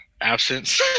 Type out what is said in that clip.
absence